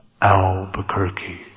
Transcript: Albuquerque